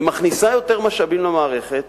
היא מכניסה יותר משאבים למערכת,